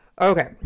Okay